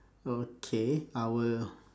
okay I will